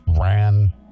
ran